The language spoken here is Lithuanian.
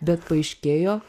bet paaiškėjo